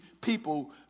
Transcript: people